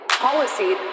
Policy